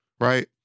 right